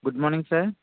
good morning sir